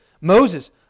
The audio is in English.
Moses